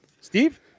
Steve